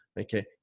Okay